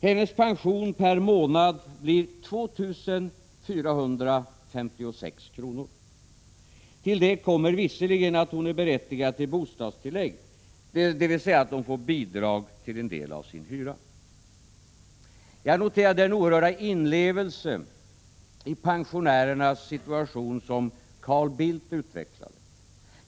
Hennes pension per månad blir 2 456 kr. Till detta kommer visserligen att hon är berättigad till bostadstillägg, dvs. att hon får bidrag till en del av sin hyra. Jag noterade den oerhörda inlevelse i pensionärernas situation som Carl Bildt utvecklade.